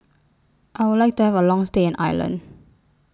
I Would like to Have A Long stay in Ireland